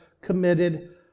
committed